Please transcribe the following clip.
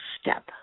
step